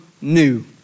new